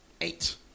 Eight